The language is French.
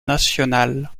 national